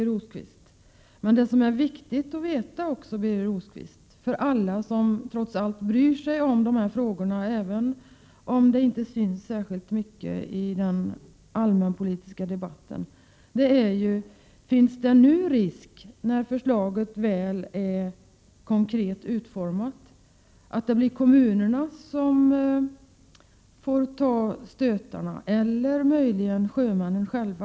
Vad som är 31 maj 1988 viktigt att veta, Birger Rosqvist, för alla dem som trots allt bryr sig om dessa frågor — även om det inte syns särskilt mycket i den allmänna politiska debatten — är om det nu när förslaget är konkret utformat finns risk för att det blir kommunerna som får ta stötarna eller möjligen sjömännen själva.